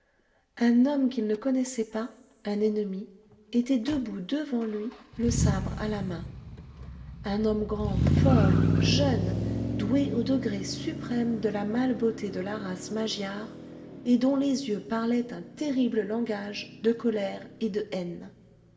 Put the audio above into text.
un homme qu'il ne connaissait pas un ennemi était debout devant lui le sabre à la main un homme grand fort jeune doué au degré suprême de la mâle beauté de la race magyare et dont les yeux parlaient un terrible langage de colère et de haine